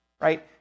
right